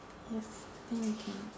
yes I think we can